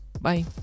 Bye